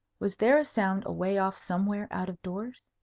was there a sound away off somewhere out-of-doors?